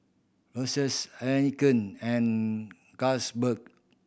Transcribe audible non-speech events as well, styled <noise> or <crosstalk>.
Royces Heinekein and <unintelligible>